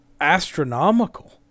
astronomical